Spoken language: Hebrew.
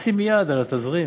לשים יד על התזרים,